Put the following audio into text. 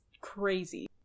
crazy